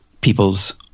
people's